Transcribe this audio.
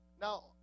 Now